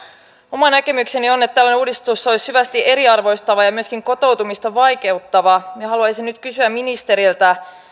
oma näkemykseni on että tällainen uudistus olisi syvästi eriarvoistava ja myöskin kotoutumista vaikeuttava haluaisin nyt kysyä ministeriltä